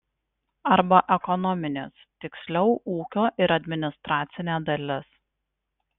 arba ekonominės tiksliau ūkio ir administracinė dalis